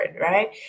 right